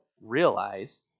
realize